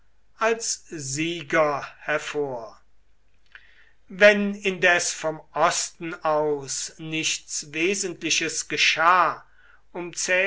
als sieger hervor wenn indes vom osten aus nichts wesentliches geschah um